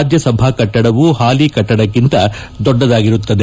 Rajya Sabha ಕಟ್ಟಡವೂ ಹಾಲಿ ಕಟ್ಟಡಕ್ಕಿಂತ ದೊಡ್ಡದಿರಲಿದೆ